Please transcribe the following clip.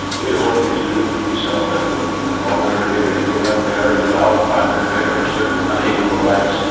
we hold these truths to be self-evident, that all men are created equal, that they are endowed by their creator with certain unalienable rights,